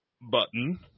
button